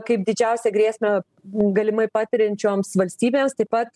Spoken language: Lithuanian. kaip didžiausią grėsmę galimai patiriančioms valstybėms taip pat